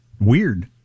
Weird